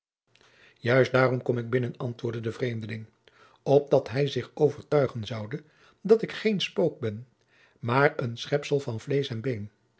juist daarom kom ik binnen antwoordde de vreemdeling opdat hij zich overtuigen zoude dat ik geen spook ben maar een schepsel van vleesch en been